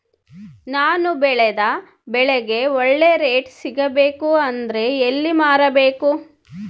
ನಾನು ಬೆಳೆದ ಬೆಳೆಗೆ ಒಳ್ಳೆ ರೇಟ್ ಸಿಗಬೇಕು ಅಂದ್ರೆ ಎಲ್ಲಿ ಮಾರಬೇಕು?